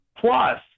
Plus